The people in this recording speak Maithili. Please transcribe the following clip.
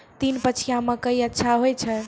तीन पछिया मकई अच्छा होय छै?